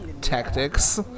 tactics